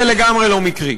זה לגמרי לא מקרי.